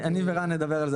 אני ורן נדבר על זה אחר כך.